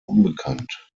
unbekannt